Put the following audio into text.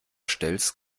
stellst